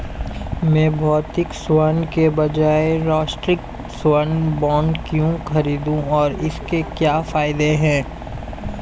मैं भौतिक स्वर्ण के बजाय राष्ट्रिक स्वर्ण बॉन्ड क्यों खरीदूं और इसके क्या फायदे हैं?